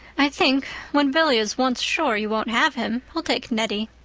i think, when billy is once sure you won't have him, he'll take nettie.